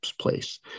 place